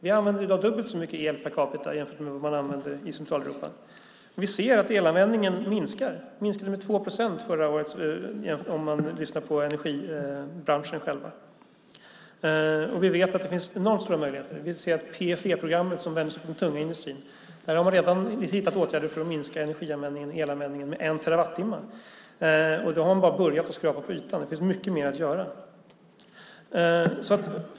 Vi använder i dag dubbelt så mycket el per capita jämfört med Centraleuropa. Vi ser att elanvändningen minskar - med åtminstone 2 procent förra året om man lyssnar på energibranschen. Vi vet att det finns enormt stora möjligheter. Med hjälp av PFE-programmet som vänder sig till den tunga industrin har man redan hittat åtgärder för att minska energianvändningen med 1 terawattimme. Då har man bara börjat skrapa på ytan. Det finns mycket mer att göra.